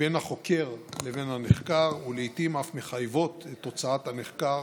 בין החוקר לבין הנחקר ולעיתים אף מחייבות את הוצאת הנחקר